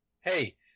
hey